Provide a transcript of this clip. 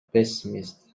pessimist